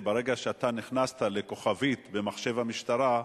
ברגע שנכנסת לכוכבית במחשב המשטרה,